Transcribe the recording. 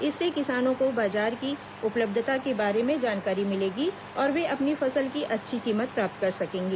इससे किसानों को बाजार की उपलब्धता के बारे में जानकारी मिलेगी और वे अपनी फसल की अच्छी कीमत प्राप्त कर सकेंगे